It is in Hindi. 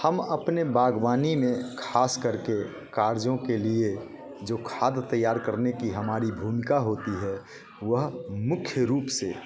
हम अपने बागवानी में खास करके कागजों के लिए जो खाद तैयार करने की हमारी भूमिका होती है वह मुख्य रूप से